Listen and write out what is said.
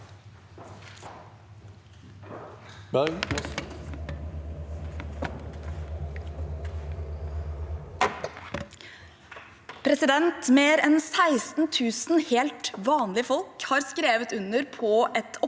Mer enn 16 000 helt vanlige folk har skrevet under på et opprop